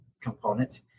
component